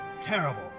terrible